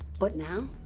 but now,